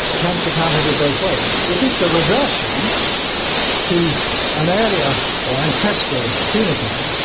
cancer can't have it both ways. if it's a reversion to an earlier or ancestral phenotype,